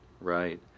right